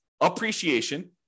appreciation